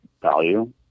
value